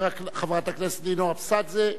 חברת הכנסת נינו אבסדזה,